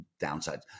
downsides